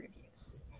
reviews